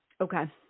Okay